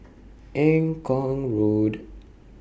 Eng Kong Road